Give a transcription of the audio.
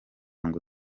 ngo